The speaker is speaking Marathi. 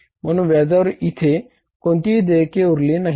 म्हणून व्याजावर इथे कोणतेही देयक उरले नाही